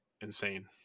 insane